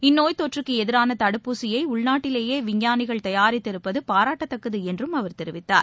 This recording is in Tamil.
இந்நோய் தொற்றுக்குஎதிரானதடுப்பூசியைஉள்நாட்டிலேயேவிஞ்ஞானிகள் தயாரித்திருப்பதுபாராட்டத்தக்கதுஎன்றும் அவர் தெரிவித்தார்